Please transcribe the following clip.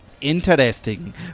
Interesting